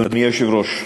אדוני היושב-ראש,